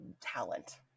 talent